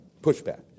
Pushback